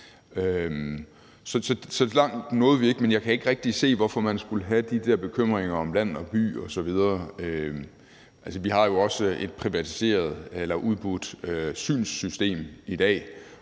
så langt nåede vi ikke, men jeg kan ikke rigtig se, hvorfor man skulle have de der bekymringer om land og by osv. Vi har jo også et privatiseret eller udbudt synssystem i dag,